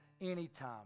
anytime